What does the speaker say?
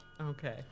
Okay